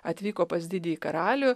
atvyko pas didįjį karalių